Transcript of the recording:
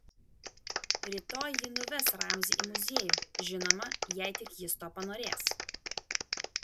rytoj ji nuves ramzį į muziejų žinoma jei tik jis to panorės